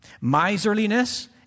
Miserliness